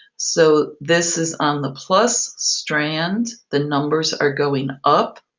so this is on the plus strand, the numbers are going up,